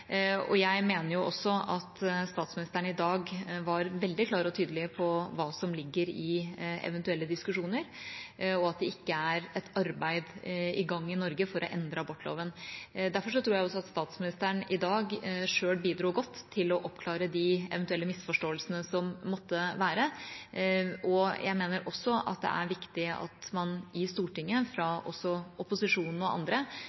Jeg mener at statsministeren i dag var veldig klar og tydelig på hva som ligger i eventuelle diskusjoner, og at det ikke er et arbeid i gang i Norge for å endre abortloven. Derfor tror jeg også at statsministeren i dag selv bidro godt til å oppklare de eventuelle misforståelsene som måtte være. Jeg mener også at det er viktig at man i Stortinget, fra opposisjonen og andre,